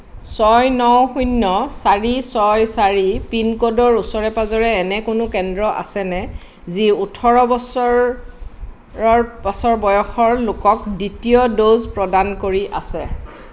ছয় ন শূণ্য চাৰি ছয় চাৰি পিনক'ডৰ ওচৰে পাঁজৰে এনে কোনো কেন্দ্ৰ আছেনে যি ওঠৰ বছৰ বয়সৰ লোকক দ্বিতীয় ড'জ প্ৰদান কৰি আছে